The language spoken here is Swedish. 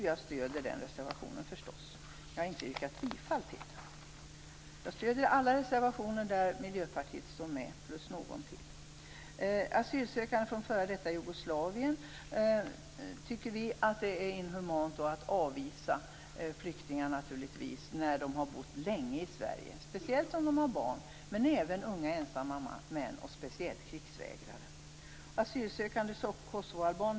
Jag stöder den reservationen förstås, men jag har inte yrkat bifall till den. Jag stöder alla reservationer där Miljöpartiet står med - plus någon till. Sedan vill jag ta upp frågan om asylsökande från f.d. Jugoslavien. Vi tycker att det naturligtvis är inhumant att avvisa flyktingar när de har bott länge i Sverige, speciellt om de har barn. Men det gäller också unga, ensamma män och speciellt krigsvägrare.